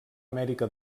amèrica